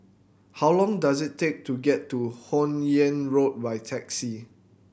how long does it take to get to Hun Yeang Road by taxi